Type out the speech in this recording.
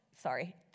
sorry